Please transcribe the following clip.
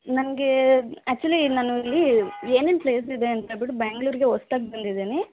ನನಗೆ ಆ್ಯಕ್ಚುಲಿ ನಾನು ಇಲ್ಲಿ ಏನೇನು ಪ್ಲೇಸ್ ಇದೆ ಅಂಥೇಳ್ಬಿಟು ಬೆಂಗಳೂರ್ಗೆ ಹೊಸ್ದಾಗಿ ಬಂದಿದ್ದೀನಿ